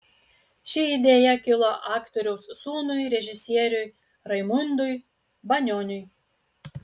ši idėja kilo aktoriaus sūnui režisieriui raimundui banioniui